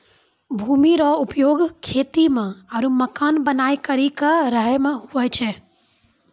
भूमि रो उपयोग खेती मे आरु मकान बनाय करि के रहै मे हुवै छै